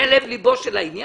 זה לב ליבו של העניין?